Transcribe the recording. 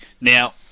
Now